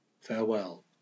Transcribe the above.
Farewell